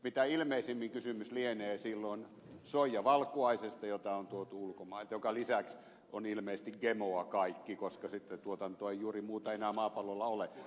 mitä ilmeisimmin kysymys lienee silloin soijavalkuaisesta jota on tuotu ulkomailta joka lisäksi on ilmeisesti gemoa kaikki koska sitä tuotantoa ei juuri muuta enää maapallolla ole